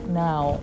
now